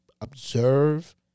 observe